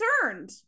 concerned